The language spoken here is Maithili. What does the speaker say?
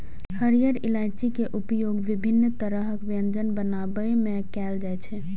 हरियर इलायची के उपयोग विभिन्न तरहक व्यंजन बनाबै मे कैल जाइ छै